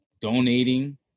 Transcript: donating